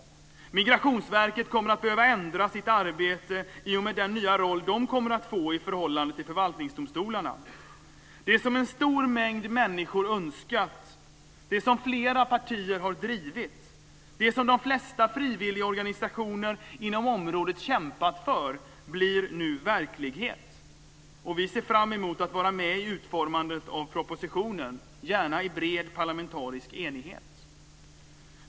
Migrationsverket kommer att behöva ändra sitt arbete i och med den nya roll de kommer att få i förhållande till förvaltningsdomstolarna. Det som en stor mängd människor önskat, det som flera partier drivit, det som de flesta frivilligorganisationer inom området kämpat för, blir nu verklighet. Vi ser fram emot att vara med i utformandet av propositionen, gärna i bred parlamentarisk enighet.